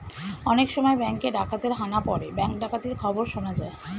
অনেক সময় ব্যাঙ্কে ডাকাতের হানা পড়ে ব্যাঙ্ক ডাকাতির খবর শোনা যায়